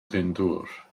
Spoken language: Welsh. glyndŵr